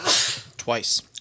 Twice